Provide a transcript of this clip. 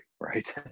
right